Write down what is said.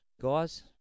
Guys